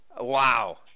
Wow